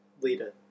Leader